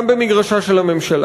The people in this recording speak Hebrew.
גם במגרשה של הממשלה.